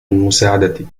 مساعدتي